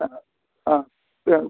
ആ ആ